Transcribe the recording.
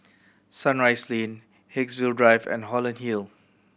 Sunrise Lane Haigsville Drive and Holland Hill